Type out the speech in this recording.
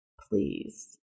Please